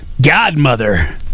Godmother